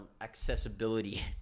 Accessibility